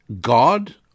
God